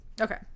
Okay